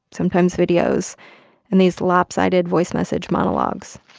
sometimes videos and these lopsided voice message monologues